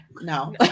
no